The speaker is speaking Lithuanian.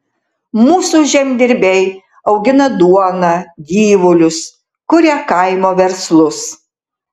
mūsų žemdirbiai augina duoną gyvulius kuria kaimo verslus